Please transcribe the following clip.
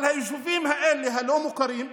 אבל היישובים האלה, הלא-מוכרים,